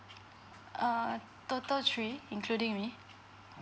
err total three including me